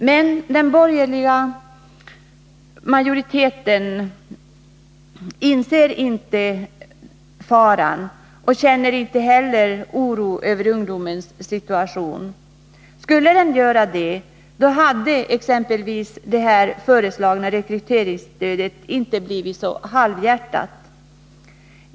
Men den borgerliga majoriteten inser inte faran och känner ingen oro över ungdomens situation. Om den hade gjort det, hade exempelvis det föreslagna rekryteringsstödet inte blivit så halvhjärtat.